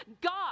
God